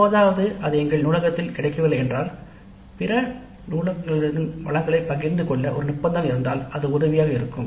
எப்போதாவது அது எங்கள் நூலகத்தில் கிடைக்கவில்லை என்றால் பிற நூலகங்களுடன் வளங்களைப் பகிர்ந்து கொள்ள ஒரு ஒப்பந்தம் இருந்தால் அது உதவியாக இருக்கும்